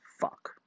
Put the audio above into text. Fuck